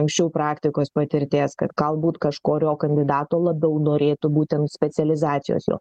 anksčiau praktikos patirties kad galbūt kažkurio kandidato labiau norėtų būtent specializacijos jo